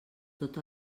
tot